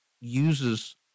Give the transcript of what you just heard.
uses